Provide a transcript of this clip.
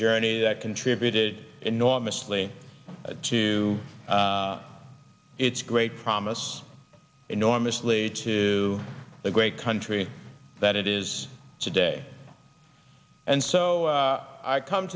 journey that contributed enormously to its great promise enormously to the great country that it is today and so i come